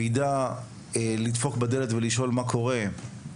יידע לדפוק בדלת ולשאול מה קורה,